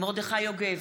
מרדכי יוגב,